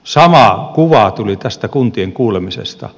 sama kuva tuli tästä kuntien kuulemisesta